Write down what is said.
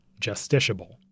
justiciable